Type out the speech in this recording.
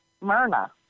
myrna